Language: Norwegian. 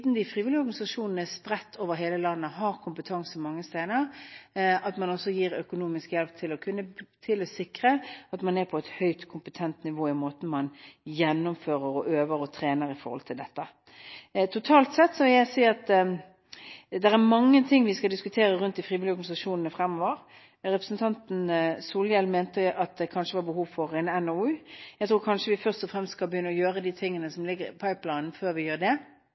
de frivillige organisasjonene er spredt over hele landet og har kompetanse mange steder – at man også gir økonomisk hjelp til å kunne sikre at man er på et høyt kompetent nivå i måten man gjennomfører, øver og trener på. Totalt sett vil jeg si at det er mange ting vi skal diskutere rundt de frivillige organisasjonene fremover. Representanten Solhjell mente at det kanskje var behov for en NOU. Jeg tror kanskje vi først og fremst skal begynne å gjøre de tingene som ligger i «pipelinen», før vi gjør det.